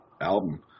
album